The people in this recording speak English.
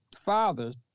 fathers